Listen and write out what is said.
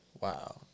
Wow